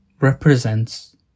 represents